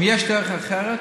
אם יש דרך אחרת,